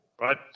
Right